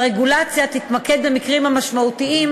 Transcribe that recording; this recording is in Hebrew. והרגולציה תתמקד במקרים המשמעותיים,